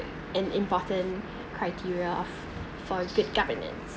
an important criteria of for good governance